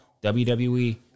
WWE